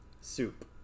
soup